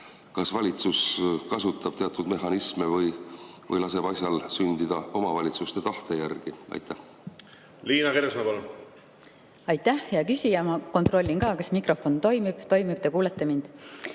Kas valitsus kasutab teatud mehhanisme või laseb asjal sündida omavalitsuste tahte järgi? Liina Kersna, palun! Aitäh, hea küsija! Ma kontrollin, kas mikrofon toimib. Toimib, te kuulete mind.